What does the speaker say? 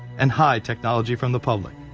and hide technology from the public.